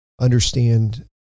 understand